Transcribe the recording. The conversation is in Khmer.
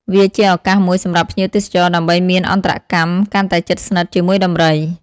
វាជាឱកាសមួយសម្រាប់ភ្ញៀវទេសចរ ដើម្បីមានអន្តរកម្មកាន់តែជិតស្និទ្ធជាមួយដំរី។